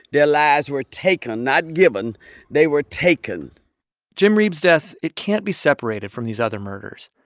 their lives were taken, not given they were taken jim reeb's death, it can't be separated from these other murders.